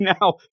now